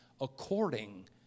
according